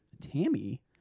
Tammy